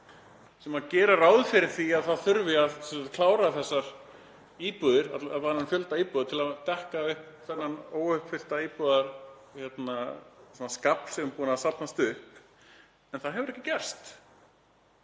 sem gera ráð fyrir því að það þurfi að klára þessar íbúðir, þennan fjölda íbúða til að dekka þennan óuppfyllta íbúðaskafl sem er búinn að safnast upp en það hefur ekki gerst.